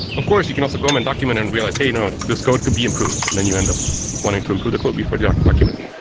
of course you can also go and document and realize, hey, you know this code could be improved. and then you end up wanting to improve the code before the document.